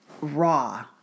raw